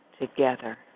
together